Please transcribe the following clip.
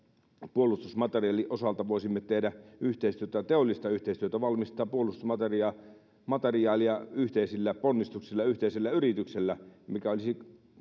puolustusmateriaalin osalta voisimme tehdä teollista yhteistyötä valmistaa puolustusmateriaalia yhteisillä ponnistuksilla yhteisellä yrityksellä mikä olisi